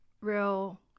real